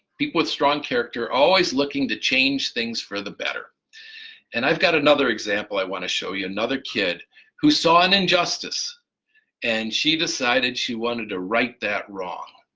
people with strong character always looking to change things for the better and i've got another example i want to show you another kid who saw an injustice and she decided she wanted to right that wrong.